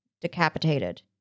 decapitated